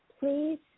please